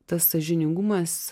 tas sąžiningumas